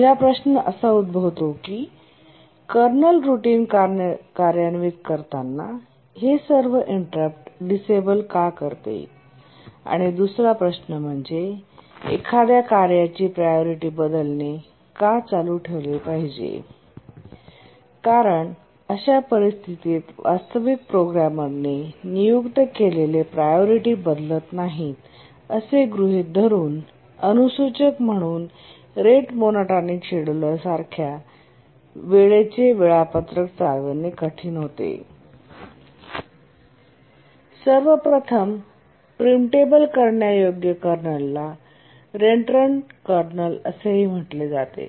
पहिला प्रश्न असा उद्भवतो की कर्नल रूटीन कार्यान्वित करताना हे सर्व इंटरप्ट डिसेबल का करते आणि दुसरा प्रश्न म्हणजे एखाद्या कार्याची प्रायोरिटी बदलणे का चालू ठेवले पाहिजे कारण अशा परिस्थितीत वास्तविक प्रोग्रामरने नियुक्त केलेले प्रायोरिटी बदलत नाहीत असे गृहित धरुन अनुसूचक म्हणून रेट मोनोटॉनिक शेड्युलर सारख्या वेळेचे वेळापत्रक चालवणे कठीण होते सर्वप्रथम प्रिम्पटेबल करण्यायोग्य कर्नलला रेन्ट्रंट कर्नल असेही म्हटले जाते